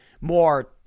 more